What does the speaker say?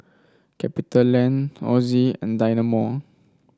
Capitaland Ozi and Dynamo